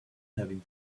having